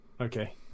Okay